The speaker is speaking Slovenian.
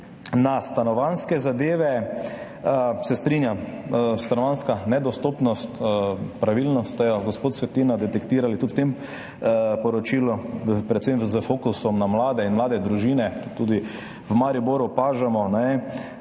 na stanovanjske zadeve. Se strinjam, stanovanjska nedostopnost, pravilno ste jo, gospod Svetina, detektirali tudi v tem poročilu, predvsem s fokusom na mlade in mlade družine. Tudi v Mariboru jo opažamo. V